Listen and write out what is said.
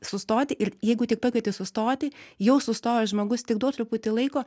sustoti ir jeigu tik pakvieti sustoti jau sustojęs žmogus tik duok truputį laiko